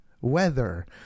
weather